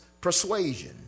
persuasion